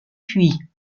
puits